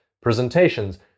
presentations